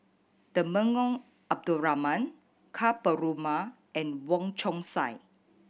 Temenggong Abdul Rahman Ka Perumal and Wong Chong Sai